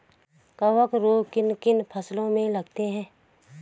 कवक रोग किन किन फसलों में लगते हैं?